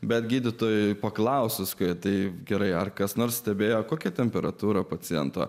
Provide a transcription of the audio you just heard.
bet gydytojui paklausus kodėl taip gerai ar kas nors stebėjo kokia temperatūra paciento